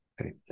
okay